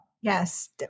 Yes